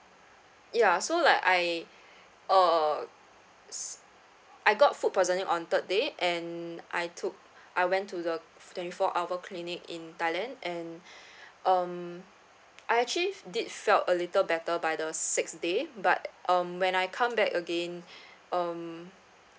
ya so like I uh s~ I got food poisoning on third day and I took I went to the twenty four hour clinic in thailand and um I actually did felt a little better by the sixth day but um when I come back again um